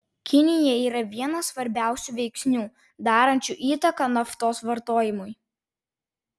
kinija yra vienas svarbiausių veiksnių darančių įtaką naftos vartojimui